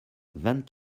vingt